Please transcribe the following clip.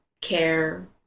care